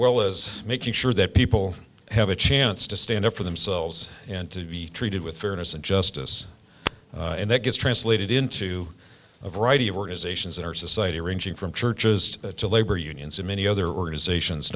well as making sure that people have a chance to stand up for themselves and to be treated with fairness and justice and that gets translated into a variety of organizations in our society ranging from churches to labor unions and many other organizations